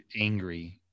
angry